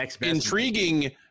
intriguing